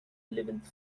eleventh